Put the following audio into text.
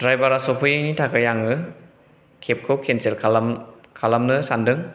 द्राइभारा सौफैयिनि थाखाय आङो केबखौ केनसेल खालामनो सानदों